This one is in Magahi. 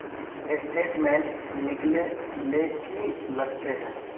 स्टेटमेंट निकले ले की लगते है?